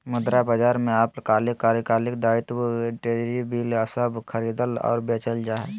मुद्रा बाजार में अल्पकालिक कार्यकाल दायित्व ट्रेज़री बिल सब खरीदल और बेचल जा हइ